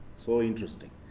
so interesting,